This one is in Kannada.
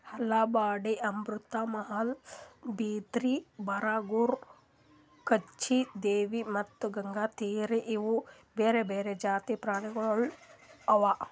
ಆಲಂಬಾಡಿ, ಅಮೃತ್ ಮಹಲ್, ಬದ್ರಿ, ಬರಗೂರು, ಕಚ್ಚಿ, ದೇವ್ನಿ ಮತ್ತ ಗಂಗಾತೀರಿ ಇವು ಬೇರೆ ಬೇರೆ ಜಾತಿದು ಪ್ರಾಣಿಗೊಳ್ ಅವಾ